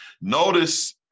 Notice